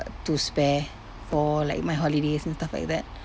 to spare for like my holidays and stuff like that